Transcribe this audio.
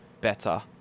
better